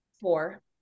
four